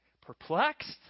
Perplexed